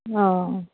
अँ